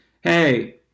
hey